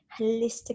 holistic